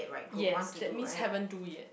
yes that means haven't do yet